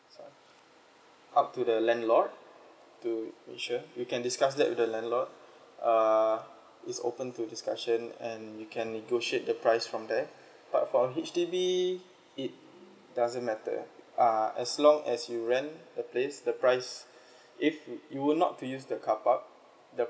sorry up to the landlord to make sure you can discuss that with the landlord err it's open to discussion and you can negotiate the price from there but for H_D_B it doesn't matter uh as long as you rent the place the price if you you would not to use the car park the